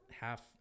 half